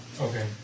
okay